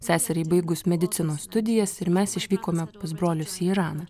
seseriai baigus medicinos studijas ir mes išvykome pas brolius į iraną